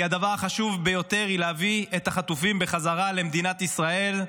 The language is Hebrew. כי הדבר החשוב ביותר הוא להביא את החטופים בחזרה למדינת ישראל.